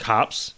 Cops